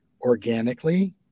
organically